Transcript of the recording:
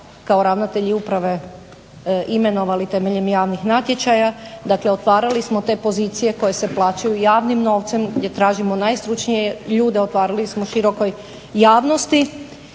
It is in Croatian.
kao ravnatelji uprave imenovali temeljem javnih natječaja, dakle otvarali smo te pozicije koje se plaćaju javnim novcem, gdje tražimo najstručnije ljude otvarali smo širokoj javnosti